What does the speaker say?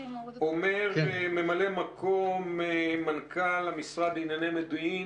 אומר מ"מ מנכ"ל המשרד לענייני מודיעין,